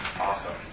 Awesome